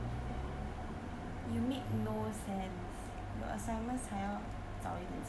you make no sense 有 assignments 才要早一点起来 [what]